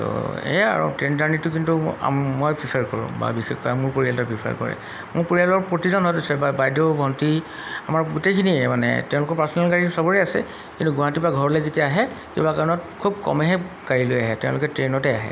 ত' এই আৰু ট্ৰেইন জাৰ্ণিটো কিন্তু মই প্ৰিফাৰ কৰোঁ বা বিশেষকৈ মোৰ পৰিয়ালটোৱে প্ৰিফাৰ কৰে মোৰ পৰিয়ালৰ প্ৰতিজন সদস্য বা বাইদেউ ভণ্টি আমাৰ গোটেইখিনিয়ে মানে তেওঁলোকৰ পাৰ্চনেল গাড়ী চবৰে আছে কিন্তু গুৱাহাটীপা ঘৰলৈ যেতিয়া আহে কিবা কাৰণত খুব কমহে গাড়ী লৈ আহে তেওঁলোকে ট্ৰেইনতে আহে